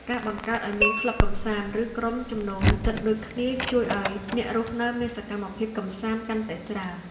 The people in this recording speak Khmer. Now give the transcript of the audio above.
ការបង្កើតឱ្យមានក្លឹបកម្សាន្តឬក្រុមចំណូលចិត្តដូចគ្នាជួយឱ្យអ្នករស់នៅមានសកម្មភាពកម្សាន្តកាន់តែច្រើន។